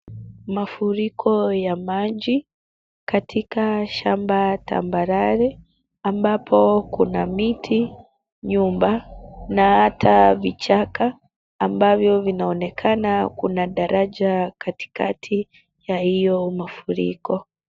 Mafuriko ya maji katika shamba tambarare ambapo kuna miti, nyumba na hata vichaka ambavyo vinaonekana. Kuna daraja katikati ya hiyo mafuriko.